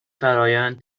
فرآیند